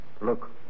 Look